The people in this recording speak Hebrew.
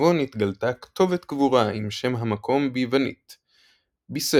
ובו נתגלתה כתובת קבורה עם שם המקום ביוונית ביסריה,